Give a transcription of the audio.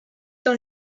dans